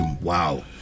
wow